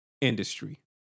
industry